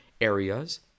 areas